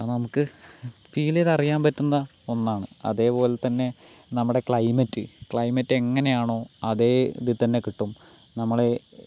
അത് നമുക്ക് ഫീൽ ചെയ്തറിയാൻ പറ്റുന്ന ഒന്നാണ് അതേപോലെതന്നെ നമ്മടെ ക്ലൈമറ്റ് ക്ലൈമറ്റ് എങ്ങനെയാണോ അതെ ഇതിൽത്തന്നെ കിട്ടും നമ്മൾ